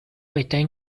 etajn